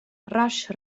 rush